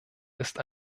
ist